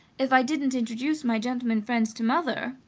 if i didn't introduce my gentlemen friends to mother,